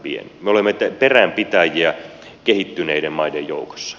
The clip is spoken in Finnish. me olemme peränpitäjiä kehittyneiden maiden joukossa